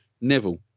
Neville